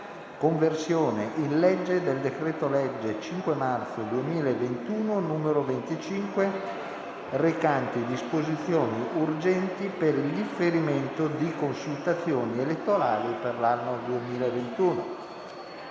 «Conversione in legge del decreto-legge 5 marzo 2021, n. 25, recante disposizioni urgenti per il differimento di consultazioni elettorali per l'anno 2021»